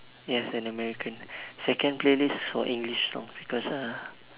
yes an American second playlist is English songs because uh